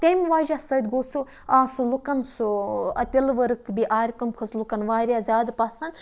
تمہِ وجہ سۭتۍ گوٚو سُہ آو سُہ لُکَن سُہ تِلہٕ ؤرٕک بیٚیہِ آرِ کٲم کھٔژ لُکَن واریاہ زیادٕ پَسنٛد